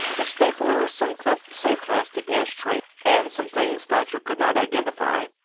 a stapler, some clips, a plastic ashtray, and some things thacher could not identify.